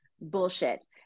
bullshit